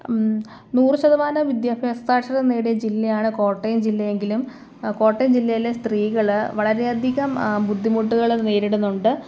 നൂറ് ശതമാനം വിദ്യാഭ്യാസം സാക്ഷരത നേടിയ ജില്ലയാണ് കോട്ടയം ജില്ലയെങ്കിലും കോട്ടയം ജില്ലയിലെ സ്ത്രീകൾ വളരേയധികം ബുദ്ധിമുട്ടുകൾ നേരിടുന്നുണ്ട്